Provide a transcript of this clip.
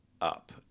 up